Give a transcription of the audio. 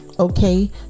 Okay